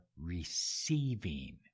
receiving